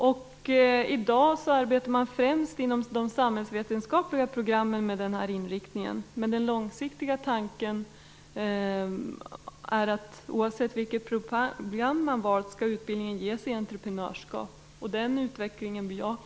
I dag arbetar man främst inom de samhällsvetenskapliga programmen med denna inriktning, men den långsiktiga tanken är att oavsett vilket program man valt skall utbildning ges i entreprenörskap. Vi bejakar denna utveckling.